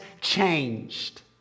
changed